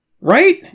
Right